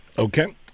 Okay